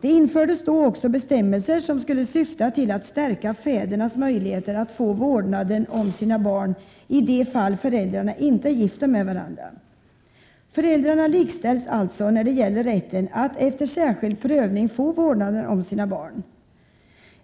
Det infördes då också bestämmelser som skulle syfta till att stärka fädernas möjligheter att få vårdnaden om sina barn i de fall föräldrarna inte är gifta med varandra. Föräldrarna likställs alltså när det gäller rätten att efter särskild prövning få vårdnaden om sina barn.